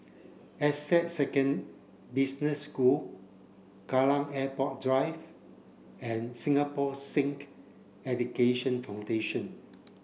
Essec second Business School Kallang Airport Drive and Singapore Sikh Education Foundation